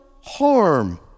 harm